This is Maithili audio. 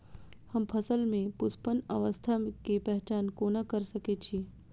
हम फसल में पुष्पन अवस्था के पहचान कोना कर सके छी?